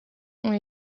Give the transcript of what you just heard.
ont